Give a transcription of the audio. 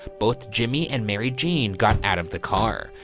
both jimmy and mary jeanne got out of the car.